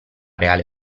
reale